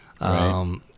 Right